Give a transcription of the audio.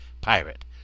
pirate